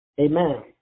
Amen